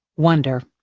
wonder